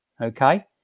okay